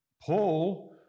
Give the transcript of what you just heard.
Paul